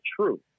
true